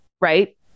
right